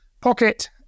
pocket